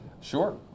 Sure